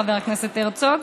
חבר הכנסת הרצוג.